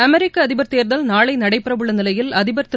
அமெரிக்க அதிபா் தோ்தல் நாளை நடைபெற உள்ள நிலையில் அதிபா் திரு